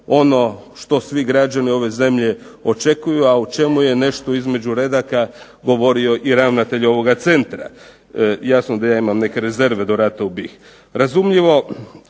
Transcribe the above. ono što svi građani ove zemlje očekuju, a o čemu je nešto između redaka govorio i ravnatelj ovoga centra. Jasno da ja imam neke rezerve do rata u BiH. Razumljivo